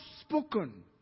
spoken